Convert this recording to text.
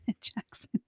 Jackson